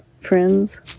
friends